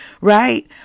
Right